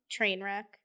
Trainwreck